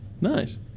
Nice